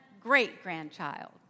great-grandchild